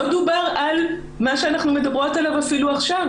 לא דובר על מה שאנחנו מדברות עליו אפילו עכשיו,